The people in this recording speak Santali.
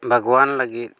ᱵᱟᱜᱽᱣᱟᱱ ᱞᱟᱹᱜᱤᱫ